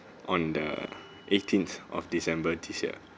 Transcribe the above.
on the eighteenth of december this year